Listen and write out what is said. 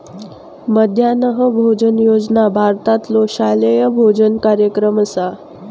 मध्यान्ह भोजन योजना भारतातलो शालेय भोजन कार्यक्रम असा